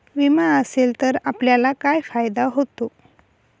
विमा असेल तर आपल्याला काय फायदा होतो?